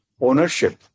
ownership